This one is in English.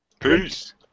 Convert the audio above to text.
Peace